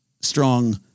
strong